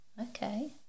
Okay